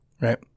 right